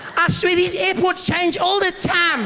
i swear these airports change all the time